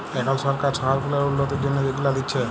এখল সরকার শহর গুলার উল্ল্যতির জ্যনহে ইগুলা দিছে